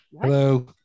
hello